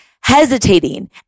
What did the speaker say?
hesitating